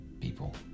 people